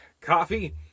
coffee